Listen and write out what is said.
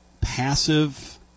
passive